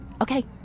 Okay